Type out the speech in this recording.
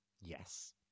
yes